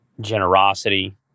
generosity